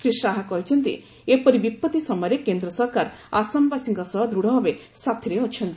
ଶ୍ରୀ ଶାହା କହିଛନ୍ତି ଯେଏପରି ବିପତ୍ତି ସମୟରେ କେନ୍ଦ୍ର ସରକାର ଆସାମବାସୀଙ୍କ ସହ ଦୃଢ ଭାବେ ସାଥିରେ ଅଛନ୍ତି